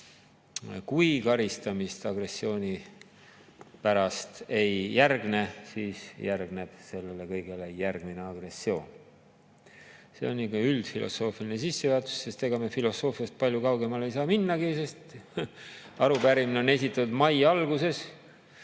Kui karistamist agressiooni pärast ei järgne, siis järgneb sellele kõigele järgmine agressioon. See on üldfilosoofiline sissejuhatus. Aga ega me filosoofiast palju kaugemale ei saa minnagi, sest arupärimine on esitatud mai alguses